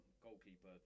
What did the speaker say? goalkeeper